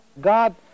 God